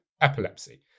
epilepsy